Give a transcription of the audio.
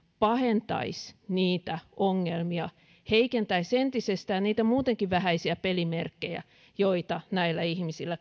pahentaisi niitä ongelmia heikentäisi entisestään niitä muutenkin vähäisiä pelimerkkejä joita näillä ihmisillä